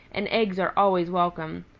and eggs are always welcome.